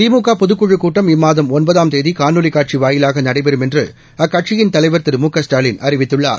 திமுக பொதுக்குழுக் கூட்டம் இம்மாதம் ஒன்பதாம் தேதி காணொலி காட்சி வாயிலாக நடைபெறும் என்று அக்கட்சியின் தலைவர் திரு மு க ஸ்டாலின் அறிவித்துள்ளார்